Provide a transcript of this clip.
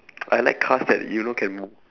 I like cars that you know can move